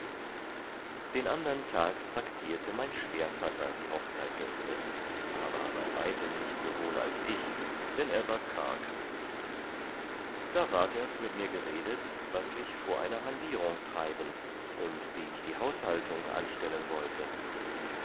den andern tag traktierte mein schwährvatter die hochzeitgäste aber bei weitem nicht so wohl als ich dann er war karg da ward erst mit mir geredet was ich vor eine handierung treiben und wie ich die haushaltung anstellen wollte